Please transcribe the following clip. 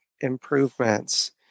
improvements